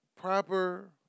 proper